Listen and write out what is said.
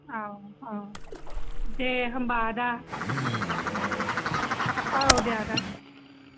औ औ दे होनबा आदा दे औ दे आदा दे